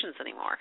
anymore